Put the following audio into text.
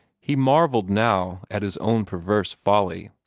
he marvelled now at his own perverse folly.